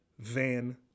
Van